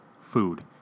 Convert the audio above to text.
food